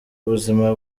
ubuzima